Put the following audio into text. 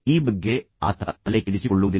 ಈ ಬಗ್ಗೆ ಆತ ತಲೆಕೆಡಿಸಿಕೊಳ್ಳುವುದಿಲ್ಲ